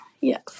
Yes